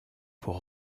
pour